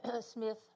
Smith